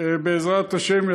בעזרת השם,